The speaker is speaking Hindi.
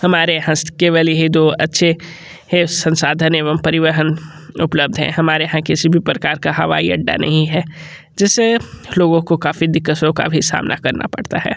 हमारे हस्त केवल ये दो अच्छे हे संसाधन एवं परिवहन उपलब्ध हैं हमारे यहाँ किसी भी प्रकार का हवाई अड्डा नहीं है जिससे लोगों को काफ़ी दिक़क़तों का भी सामना करना पड़ता है